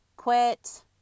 quit